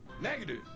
Negative